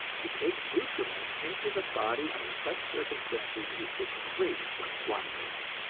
to take nutriment into the body under such circumstances is the greatest of blunders.